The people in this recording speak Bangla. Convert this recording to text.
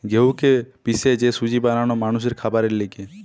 গেহুকে পিষে যে সুজি বানানো মানুষের খাবারের লিগে